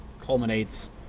culminates